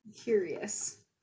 curious